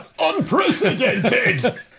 Unprecedented